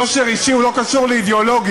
יושר אישי לא קשור לאידיאולוגיה.